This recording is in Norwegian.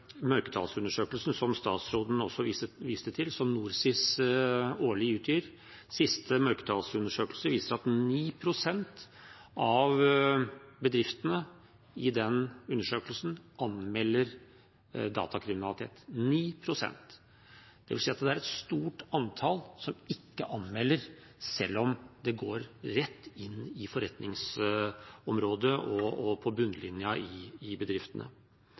som statsråden også viste til, som NorSIS utgir årlig. Den siste mørketallsundersøkelsen viser at 9 pst. av bedriftene i den undersøkelsen anmelder datakriminalitet – 9 pst. Det vil si at det er et stort antall som ikke anmelder, selv om det går rett inn i forretningsområdet og på bunnlinjen i bedriftene.